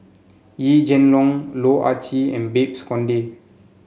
Yee Jenn Long Loh Ah Chee and Babes Conde